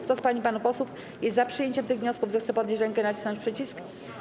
Kto z pań i panów posłów jest za przyjęciem tych wniosków, zechce podnieść rękę i nacisnąć przycisk.